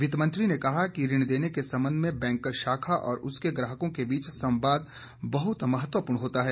वित्तमंत्री ने कहा कि ऋण देने के संबंध में बैंक शाखा और उसके ग्राहकों के बीच संवाद बहत महत्वपूर्ण होता है